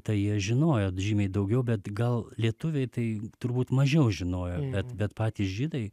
tai jie žinojo žymiai daugiau bet gal lietuviai tai turbūt mažiau žinojo bet patys žydai